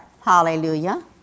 Hallelujah